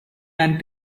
and